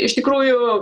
iš tikrųjų